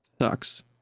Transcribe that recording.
sucks